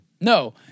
No